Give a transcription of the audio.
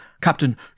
Captain